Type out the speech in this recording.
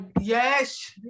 yes